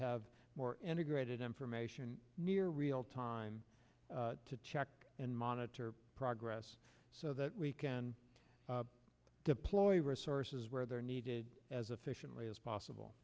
have more energy rated information near real time to check and monitor progress so that we can deploy resources where they're needed as efficiently as possible